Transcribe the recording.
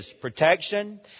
protection